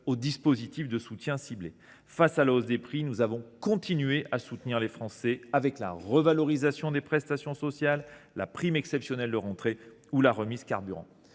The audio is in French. dispositifs de soutien ciblés. Face à la hausse des prix, nous avons continué à soutenir les Français avec la revalorisation des prestations sociales, la prime exceptionnelle de rentrée ou encore la remise carburant.